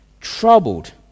troubled